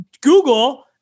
Google